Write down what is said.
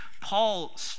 Paul